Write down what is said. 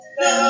no